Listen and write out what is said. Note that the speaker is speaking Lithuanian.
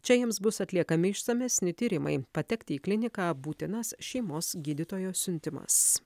čia jiems bus atliekami išsamesni tyrimai patekti į kliniką būtinas šeimos gydytojo siuntimas